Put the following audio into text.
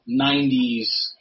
90s